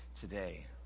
today